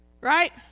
right